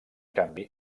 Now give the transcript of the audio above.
canvi